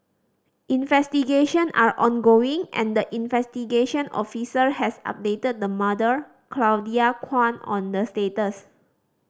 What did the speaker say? investigation are ongoing and the investigation officer has updated the mother Claudia Kwan on the status